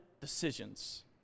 decisions